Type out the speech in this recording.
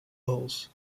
holes